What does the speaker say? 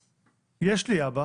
יש לי אבא